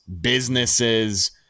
businesses